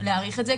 להאריך את זה.